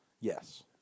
Yes